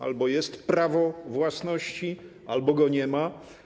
Albo jest prawo własności, albo go nie ma.